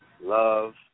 love